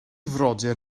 frodyr